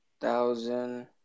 thousand